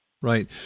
Right